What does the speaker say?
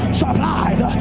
supplied